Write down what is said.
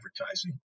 advertising